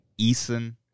Eason